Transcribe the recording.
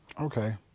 Okay